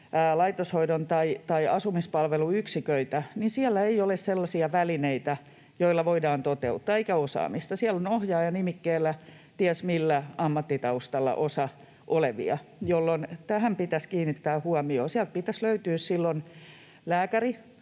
laitoshoidon tai asumispalvelun yksiköitä, niin siellä ei ole sellaisia välineitä, joilla voidaan toteuttaa, eikä osaamista. Siellä on ohjaaja-nimikkeellä — osa ties millä ammattitaustalla — olevia, jolloin tähän pitäisi kiinnittää huomiota. Sieltä pitäisi löytyä silloin lääkäri,